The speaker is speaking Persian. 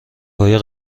های